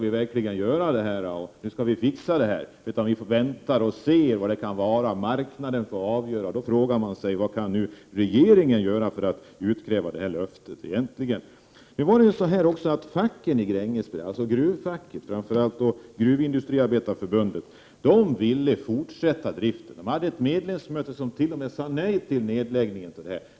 Man tycks inte vilja säga: Nu skall vi klara det här. I stället får vi avvakta. Marknaden får avgöra. Men då frågar man sig, som sagt, vad regeringen kan göra när det gäller kraven på att nämnda löfte skall infrias. Facken Grängesberg — framför allt gruvfacket och Gruvindustriarbetareförbundet — ville fortsätta driften. Man hade ett medlemsmöte och där sade man t.o.m. nej till en nedläggning.